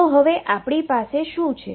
તો હવે આપણી પાસે શું છે